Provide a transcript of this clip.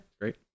Great